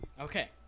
Okay